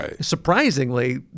surprisingly